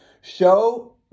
show